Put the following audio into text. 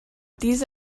these